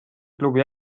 klubi